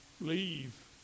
leave